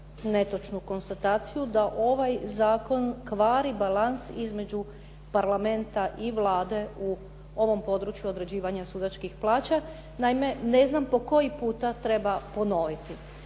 netočnu konstataciju da ovaj zakon kvari balans između Parlamenta i Vlade u ovom području određivanja sudačkih plaća. Naime, ne znam po koji puta treba ponoviti